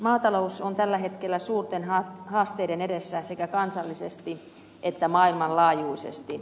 maatalous on tällä hetkellä suurten haasteiden edessä sekä kansallisesti että maailmanlaajuisesti